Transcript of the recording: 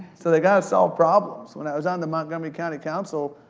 so they gotta solve problems. when i was on the montgomery county council,